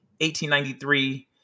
1893